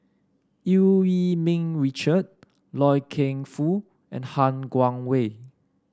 Eu Yee Ming Richard Loy Keng Foo and Han Guangwei